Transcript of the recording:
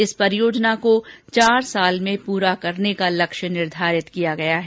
इस परियोजना को चार साल में पूरा करने का लक्ष्य निर्धारित किया गया है